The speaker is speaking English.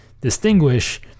distinguish